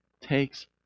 takes